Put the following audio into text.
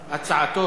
31,